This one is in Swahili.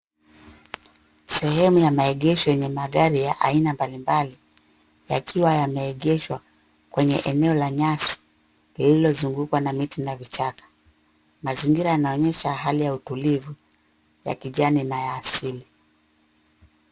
Sehemu ya maegesho yenye magari ya aina mbali mbali, yakiwa yameegeshwa kwenye eneo la nyasi lililozungukwa na miti na vichaka. Mazingira yanaonyesha hali ya utulivu ya kijani na ya asili.